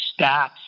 stats